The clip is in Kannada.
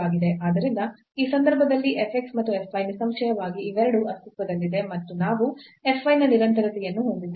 ಆದ್ದರಿಂದ ಈ ಸಂದರ್ಭದಲ್ಲಿ f x ಮತ್ತು fy ನಿಸ್ಸಂಶಯವಾಗಿ ಇವೆರಡೂ ಅಸ್ತಿತ್ವದಲ್ಲಿವೆ ಮತ್ತು ನಾವು fy ನ ನಿರಂತರತೆಯನ್ನು ಹೊಂದಿದ್ದೇವೆ